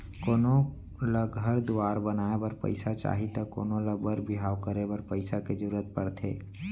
कोनो ल घर दुवार बनाए बर पइसा चाही त कोनों ल बर बिहाव करे बर पइसा के जरूरत परथे